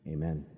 Amen